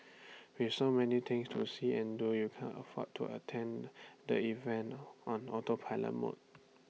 with so many things to see and do you can't afford to attend the event on autopilot mode